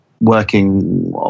working